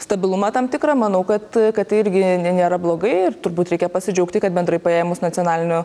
stabilumą tam tikrą manau kad kad tai irgi ne nėra blogai ir turbūt reikia pasidžiaugti kad bendrai paėmus nacionaliniu